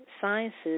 sciences